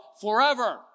forever